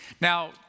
now